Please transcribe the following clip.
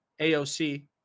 AOC